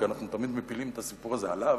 כי תמיד אנחנו מפילים את הסיפור הזה עליו,